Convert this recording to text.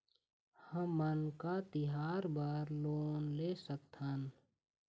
हमन का तिहार बर लोन ले सकथन?